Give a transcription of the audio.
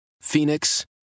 Phoenix